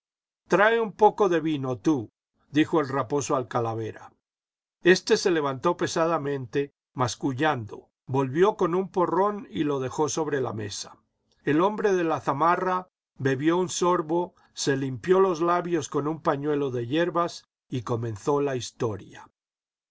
trae un poco de vino tú dijo el raposo al calavera este se levantó pesadamente mascullando volvió con un porrón y lo dejó sobre la mesa el hombre de la zamarra bebió un sorbo se limpió los labios con un pañuelo de hierbas y comenzó la historia